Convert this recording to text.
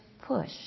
push